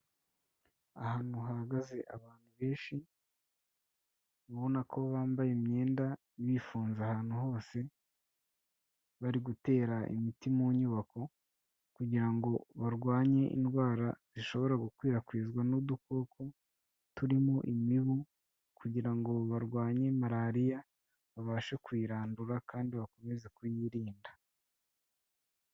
Ahantu hahagaze abantu benshi ubabona ko bambaye imyenda, bifunze ahantu hose, bari gutera imiti mu nyubako, kugira ngo barwanye indwara zishobora gukwirakwizwa n'udukoko turimo imibu, kugira ngo barwanye marariya, babashe kuyirandura kandi bakomeze kuyirinda.